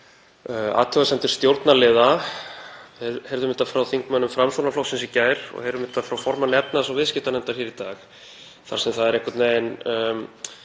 eru athugasemdir stjórnarliða. Við heyrðum þetta frá þingmönnum Framsóknarflokksins í gær og heyrum þetta frá formanni efnahags- og viðskiptanefndar hér í dag þar sem það er einhvern veginn